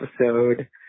episode